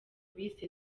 bise